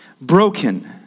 Broken